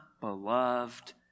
beloved